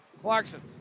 Clarkson